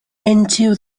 into